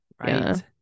Right